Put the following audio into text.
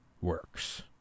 works